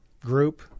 group